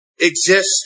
exist